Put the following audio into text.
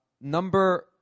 Number